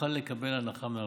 יוכל לקבל הנחה בארנונה.